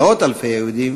מאות-אלפי היהודים,